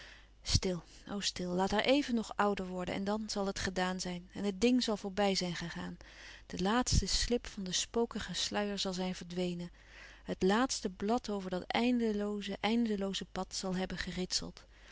stil o stil laat haar even nog ouder worden en dan zal het gedaan zijn en het ding zal voorbij zijn gegaan de laatste slip van den spokigen sluier zal zijn verdwenen louis couperus van oude menschen de dingen die voorbij gaan het laatste blad over dat eindelooze eindelooze pad zal hebben geritseld